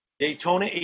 Daytona